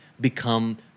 become